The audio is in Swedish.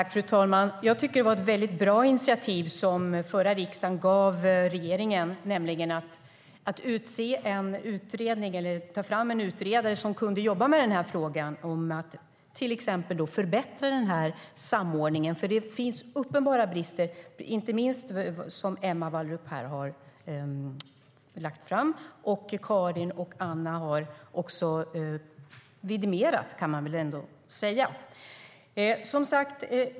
Fru talman! Det var ett väldigt bra initiativ som förra riksdagen gav regeringen att ta fram en utredare som kunde jobba med frågan för att till exempel förbättra samordningen. Det finns uppenbara brister som inte minst Emma Wallrup här har fört fram. Karin Svensson Smith och Anna Johansson har också vidimerat det, kan man väl ändå säga.